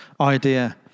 idea